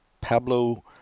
Pablo